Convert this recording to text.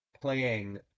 playing